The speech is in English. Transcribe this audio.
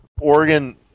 Oregon